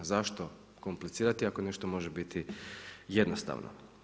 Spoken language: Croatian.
Zašto komplicirati ako nešto može biti jednostavno.